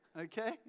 Okay